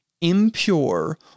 impure